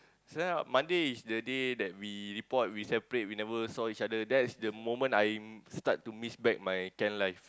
so Monday is the day that we report we separate we never saw each other that is the moment I start to miss back my camp life